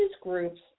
groups